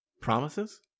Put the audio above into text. Promises